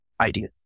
ideas